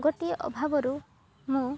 ଗୋଟିଏ ଅଭାବରୁ ମୁଁ